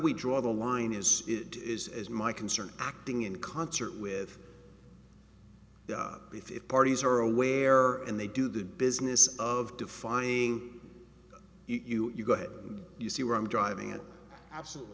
we draw the line is it is as my concern acting in concert with if parties are aware and they do the business of defining it you go ahead and you see where i'm driving it absolutely